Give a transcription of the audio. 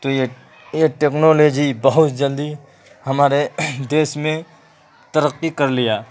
تو یہ ایک ٹکنالوجی بہت جلدی ہمارے دیش میں ترقی کرلیا